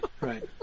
Right